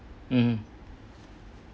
mm